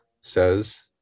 says